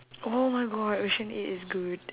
oh my god ocean eight is good